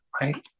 right